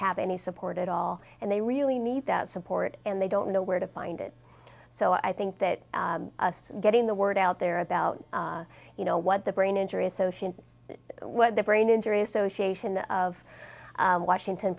have any support at all and they really need that support and they don't know where to find it so i think that getting the word out there about you know what the brain injury associate what the brain injury association of washington